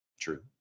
true